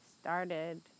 started